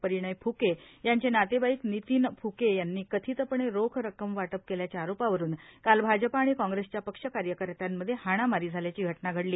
परिणय फूके यांचे नातेवाईक नितीन फुके यांनी कथितपणे रोख रक्कम वाटप केल्याच्या आरोपावरून काल भाजपा आणि काँग्रेसच्या पक्ष कार्यकर्त्यांमध्ये हाणामारी झाल्याची घटना घडली